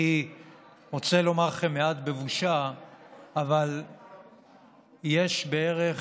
אני רוצה לומר לכם מעט בבושה שיש בערך